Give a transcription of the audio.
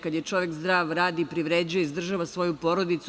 Kada je čovek zdrav radi i privređuje, izdržava svoju porodicu.